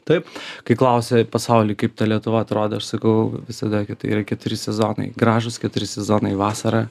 taip kai klausia pasauly kaip ta lietuva atrodo aš sakau visada kad tai yra keturi sezonai gražūs keturi sezonai vasara